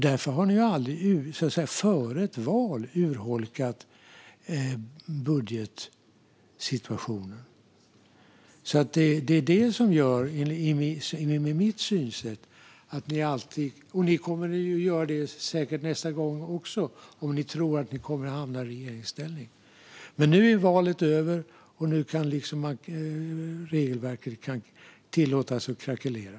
Därför har ni aldrig före ett val urholkat budgeten. Och ni kommer säkert att göra det nästa gång också om ni tror att ni kommer att hamna i regeringsställning. Men nu är valet över, och nu kan regelverket tillåtas krackelera.